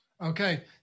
Okay